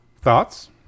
Thoughts